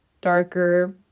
darker